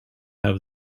have